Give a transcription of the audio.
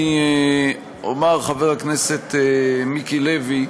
אני אומר, חבר הכנסת מיקי לוי: